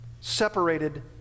Separated